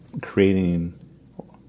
creating